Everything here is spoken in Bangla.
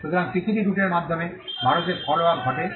সুতরাং পিসিটি রুটের মাধ্যমে ভারতে ফলোআপ ঘটে